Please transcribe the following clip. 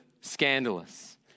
scandalous